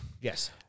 yes